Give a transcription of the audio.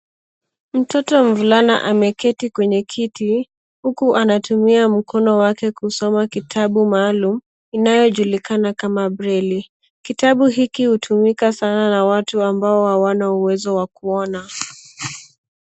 Mtoto mvulana ameketi kwenye kiti huku anatumia mkono wake kusoma kitabu maalum inayojulikana kama breli. Kitabu hiki hutumika sana na watu ambao hawana uwezo wa kuona.